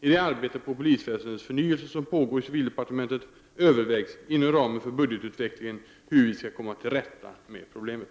I det arbete på polisväsendets förnyelse som pågår i civildepartementet övervägs — inom ramen för budgetutvecklingen — hur vi skall komma till rätta med problemen.